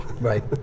Right